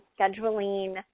scheduling